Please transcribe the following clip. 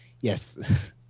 yes